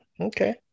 okay